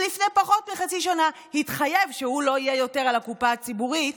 שלפני פחות מחצי שנה התחייב שהוא לא יהיה על הקופה הציבורית,